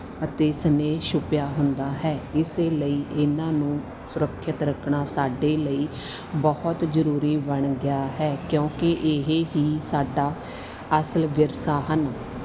ਅਤੇ ਸਨੇਹ ਛੁਪਿਆ ਹੁੰਦਾ ਹੈ ਇਸੇ ਲਈ ਇਹਨਾਂ ਨੂੰ ਸੁਰੱਖਿਅਤ ਰੱਖਣਾ ਸਾਡੇ ਲਈ ਬਹੁਤ ਜ਼ਰੂਰੀ ਬਣ ਗਿਆ ਹੈ ਕਿਉਂਕਿ ਇਹ ਹੀ ਸਾਡਾ ਅਸਲ ਵਿਰਸਾ ਹਨ